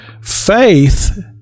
faith